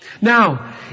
Now